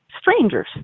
strangers